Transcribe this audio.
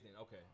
Okay